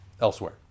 elsewhere